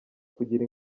kugira